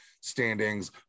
standings